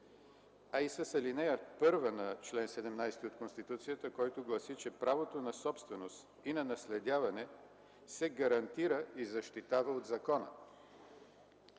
а и с ал. 1 на чл. 17 от Конституцията, която гласи, че правото на собственост и на наследяване се гарантира и защитава от закона.